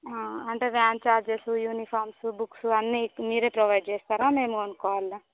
అంటే van charges uniforms books అన్నీ మీరే ప్రొవైడ్ చేస్తారా మేము కొనుక్కోవాలా